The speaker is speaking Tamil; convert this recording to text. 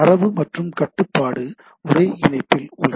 தரவு மற்றும் கட்டுப்பாடு ஒரே இணைப்பில் உள்ளன